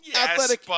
athletic